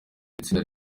itsinda